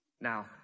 Now